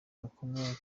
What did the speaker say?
gakomeye